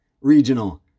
Regional